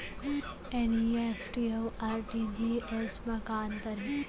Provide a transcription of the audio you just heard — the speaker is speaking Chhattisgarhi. एन.ई.एफ.टी अऊ आर.टी.जी.एस मा का अंतर हे?